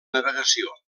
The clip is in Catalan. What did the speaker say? navegació